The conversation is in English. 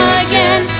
again